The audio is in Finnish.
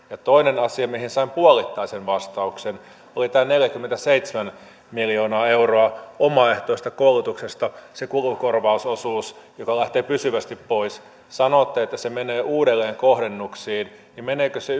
ja toinen asia mihin sain puolittaisen vastauksen oli tämä neljäkymmentäseitsemän miljoonaa euroa omaehtoisesta koulutuksesta se kulukorvausosuus joka lähtee pysyvästi pois sanotte että se menee uudelleenkohdennuksiin niin meneekö se